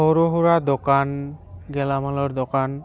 সৰু সুৰা দোকান গেলামালৰ দোকান